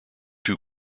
two